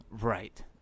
Right